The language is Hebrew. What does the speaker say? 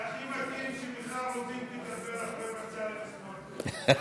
זה הכי מתאים שמיכל רוזין תדבר אחרי בצלאל סמוטריץ.